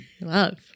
Love